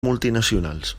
multinacionals